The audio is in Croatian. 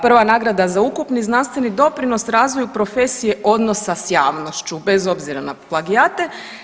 Prva nagrada za ukupni znanstveni doprinos razvoju profesije odnosa s javnošću bez obzira na plagijate.